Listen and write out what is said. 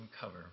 cover